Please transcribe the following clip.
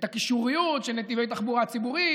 את הקישוריות של נתיבי תחבורה ציבורית